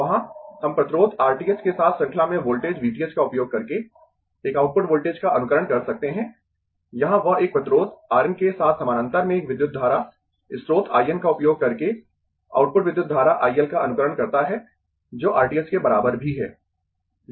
वहां हम प्रतिरोध R t h के साथ श्रृंखला में वोल्टेज V t h का उपयोग करके एक आउटपुट वोल्टेज का अनुकरण कर सकते है यहां वह एक प्रतिरोध R N के साथ समानांतर में एक विद्युत धारा स्रोत I N का उपयोग करके आउटपुट विद्युत धारा I L का अनुकरण करता है जो R t h के बराबर भी है